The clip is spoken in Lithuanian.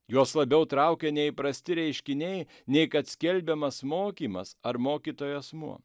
juos labiau traukė neįprasti reiškiniai nei kad skelbiamas mokymas ar mokytojo asmuo